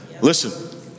Listen